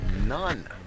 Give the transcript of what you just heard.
None